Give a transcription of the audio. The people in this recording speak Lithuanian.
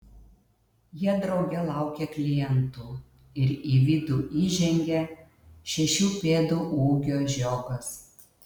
jie drauge laukia klientų ir į vidų įžengia šešių pėdų ūgio žiogas